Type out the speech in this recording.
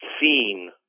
seen